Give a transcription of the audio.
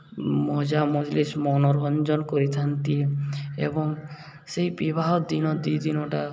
ମଜା ମଜ୍ଲିସ୍ ମନୋରଞ୍ଜନ କରିଥାନ୍ତି ଏବଂ ସେହି ବିବାହ ଦିନ ଦୁଇ ଦିନଟା